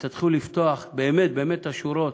ותתחילו לפתוח באמת באמת את השורות,